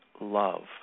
love